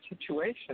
situation